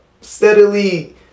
steadily